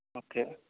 okay